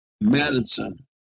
Madison